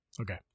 Okay